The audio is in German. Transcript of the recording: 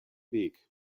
weg